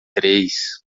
três